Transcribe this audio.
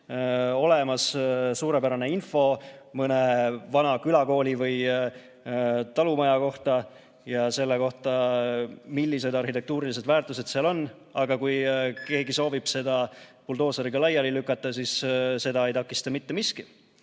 olemas suurepärane info mõne vana külakooli või talumaja kohta ja selle kohta, millised arhitektuurilised väärtused seal on, aga kui keegi soovib seda buldooseriga laiali lükata, siis seda ei takista mitte miski?